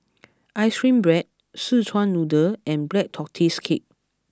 Ice Cream Bread Szechuan Noodle and Black Tortoise Cake